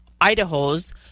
Idaho's